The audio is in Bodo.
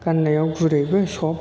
गान्नायाव गुरैबो सफ्ट